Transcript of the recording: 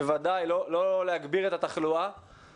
בוודאי לא להגביר את התחלואה,